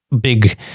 big